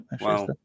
wow